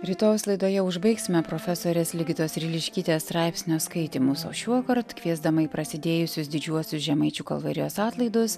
rytojaus laidoje užbaigsime profesorės ligitos riliškytės straipsnio skaitymus šiuokart kviesdama į prasidėjusius didžiuosius žemaičių kalvarijos atlaidus